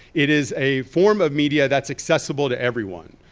it is a form of media that's accessible to everyone.